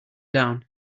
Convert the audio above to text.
down